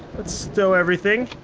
let's stow everything.